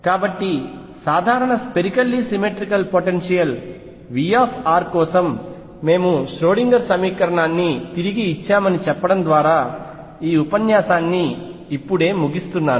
కాబట్టి సాధారణ spherically symmetric potential V కోసం మేము ష్రోడింగర్ సమీకరణాన్ని తిరిగి ఇచ్చామని చెప్పడం ద్వారా ఈ ఉపన్యాసాన్ని ఇప్పుడే ముగిస్తున్నాను